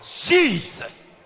Jesus